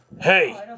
Hey